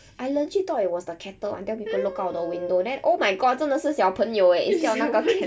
I legit thought it was the kettle until people look out of the window then oh my god 真的是小朋友 eh siao 那个 ket~